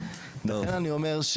טוב לכן אני אומר,